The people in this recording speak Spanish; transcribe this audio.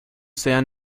sean